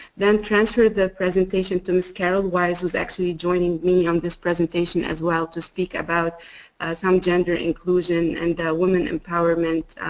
then transfer the presentation to miss carol weis who is actually joining me on this presentation as well to speak about some um gender inclusion and women empowerment